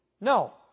No